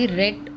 red